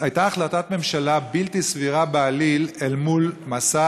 הייתה החלטת ממשלה בלתי סבירה בעליל אל מול מסע